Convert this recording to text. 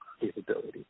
capability